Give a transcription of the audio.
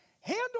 handle